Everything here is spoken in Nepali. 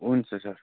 हुन्छ सर